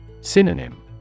Synonym